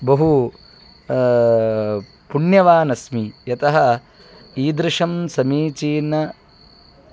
बहु पुण्यवान् अस्मि यतः ईदृशं समीचीनं